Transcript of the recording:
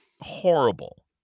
horrible